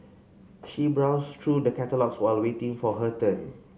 she browsed through the catalogues while waiting for her turn